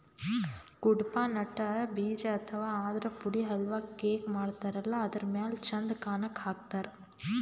Cuddapah nut ಬೀಜ ಅಥವಾ ಆದ್ರ ಪುಡಿ ಹಲ್ವಾ, ಕೇಕ್ ಮಾಡತಾರಲ್ಲ ಅದರ್ ಮ್ಯಾಲ್ ಚಂದ್ ಕಾಣಕ್ಕ್ ಹಾಕ್ತಾರ್